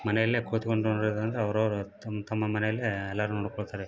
ಮನೆಯಲ್ಲೇ ಕೂತ್ಕೊಂಡು ನೋಡೋದಂದರೆ ಅವ್ರವ್ರು ತಮ್ಮ ತಮ್ಮ ಮನೆಯಲ್ಲೇ ಎಲ್ಲರು ನೋಡ್ಕೊಳ್ತಾರೆ